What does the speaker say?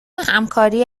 همکاری